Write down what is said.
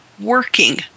working